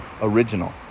original